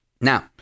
Now